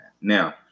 Now